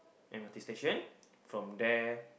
m_r_t station from there